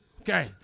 Okay